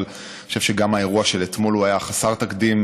אבל אני חושב שגם האירוע של אתמול היה חסר תקדים.